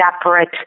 separate